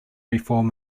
reform